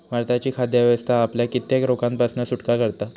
भारताची खाद्य व्यवस्था आपल्याक कित्येक रोगांपासना सुटका करता